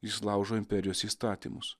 jis laužo imperijos įstatymus